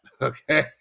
Okay